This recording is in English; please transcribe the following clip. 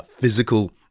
Physical